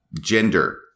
gender